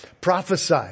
prophesy